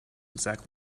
exact